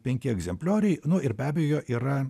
penki egzemplioriai nu ir be abejo yra